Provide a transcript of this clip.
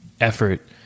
effort